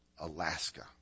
Alaska